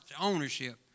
ownership